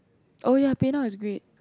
oh ya PayNow is great